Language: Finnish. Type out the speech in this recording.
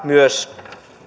myös